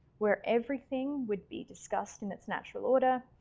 where everything would be discussed in its natural order,